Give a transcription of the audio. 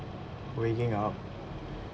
waking up